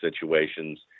situations